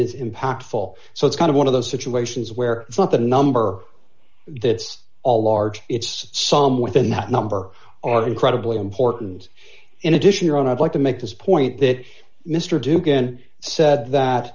is impactful so it's kind of one of those situations where it's not the number that's all large it's some within that number are incredibly important in addition around i'd like to make this point that mr doogan said that